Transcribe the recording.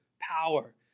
power